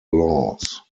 laws